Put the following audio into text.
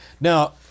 Now